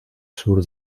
sur